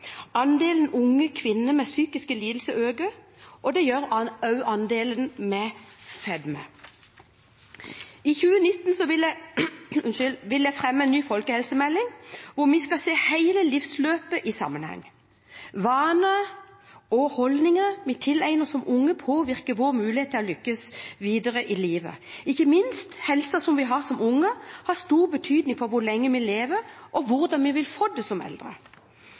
Andelen unge kvinner med psykiske lidelser øker, og det gjør også andelen mennesker med fedme. I 2019 vil jeg fremme en ny folkehelsemelding, hvor vi skal se hele livsløpet i sammenheng. Vaner og holdninger vi tilegner oss som unge, påvirker vår mulighet til å lykkes videre i livet. Ikke minst har helsen vi har som unge, stor betydning for hvor lenge vi lever, og hvordan vi vil få det som eldre.